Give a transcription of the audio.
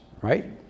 right